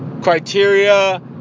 criteria